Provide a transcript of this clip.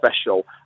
special